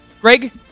Greg